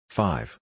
Five